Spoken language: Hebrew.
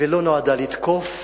והיא לא נועדה לתקוף.